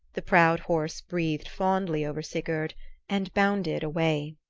the proud horse breathed fondly over sigurd and bounded away.